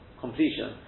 completion